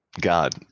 God